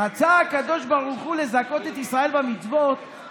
רצה הקדוש ברוך הוא לזכות את ישראל במצוות,